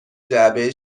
جعبه